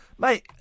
Mate